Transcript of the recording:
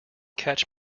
catch